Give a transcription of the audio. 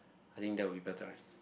I think that will be better right